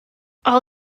all